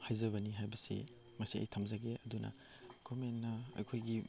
ꯍꯥꯏꯖꯕꯅꯤ ꯍꯥꯏꯕꯁꯤ ꯃꯁꯤ ꯑꯩ ꯊꯝꯖꯒꯦ ꯑꯗꯨꯅ ꯒꯚꯔꯟꯃꯦꯟꯅ ꯑꯩꯈꯣꯏꯒꯤ